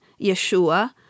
Yeshua